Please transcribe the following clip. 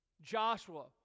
Joshua